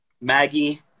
Maggie